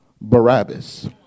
Barabbas